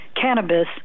cannabis